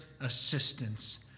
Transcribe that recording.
assistance